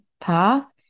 path